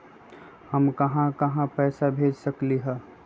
हम कहां कहां पैसा भेज सकली ह?